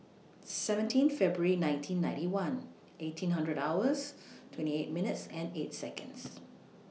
seventeen February nineteen ninety one eighteen hundred hours twenty eight minutes and eight Seconds